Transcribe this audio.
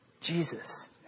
Jesus